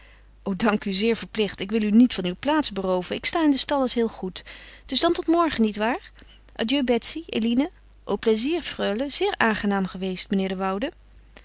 o dank u zeer verplicht ik wil u niet van uw plaats berooven ik sta in de stalles heel goed dus dan tot morgen nietwaar adieu betsy eline au plaisir freule zeer aangenaam geweest meneer de woude